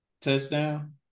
Touchdown